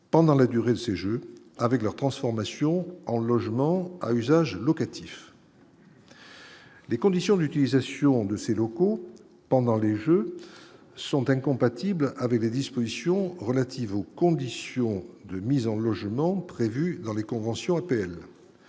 pendant la durée de ces Jeux avec leur transformation en logements à usage locatif. Les conditions d'utilisation de ces locaux pendant les jeux sont incompatibles avec les dispositions relatives aux conditions de mise en logements prévus dans les conventions,